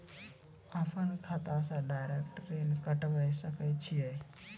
अपन खाता से डायरेक्ट ऋण कटबे सके छियै?